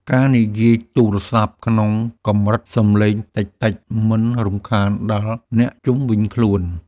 ការនិយាយទូរស័ព្ទក្នុងកម្រិតសំឡេងតិចៗ មិនរំខានដល់អ្នកជុំវិញខ្លួន។